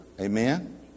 Amen